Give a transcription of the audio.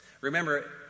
remember